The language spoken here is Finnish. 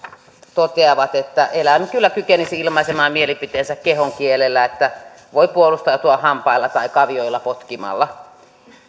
toteavat että eläimet kyllä kykenisivät ilmaisemaan mielipiteensä kehonkielellä että voi puolustautua hampailla tai kavioilla potkimalla